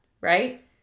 right